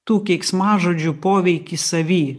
tų keiksmažodžių poveikį savy